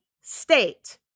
state